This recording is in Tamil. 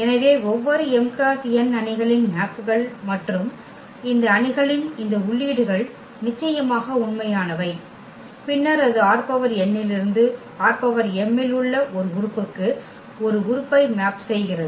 எனவே ஒவ்வொரு m × n அணிகளின் மேப்கள் மற்றும் மேப்கள் மற்றும் இந்த அணிகளின் இந்த உள்ளீடுகள் நிச்சயமாக உண்மையானவை பின்னர் அது ℝn இலிருந்து ℝm இல் உள்ள ஒரு உறுப்புக்கு ஒரு உறுப்பை மேப் செய்கிறது